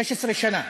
16 שנה.